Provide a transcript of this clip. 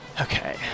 Okay